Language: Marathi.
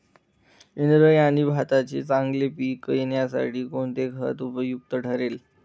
इंद्रायणी भाताचे चांगले पीक येण्यासाठी कोणते खत उपयुक्त ठरेल?